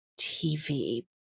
TV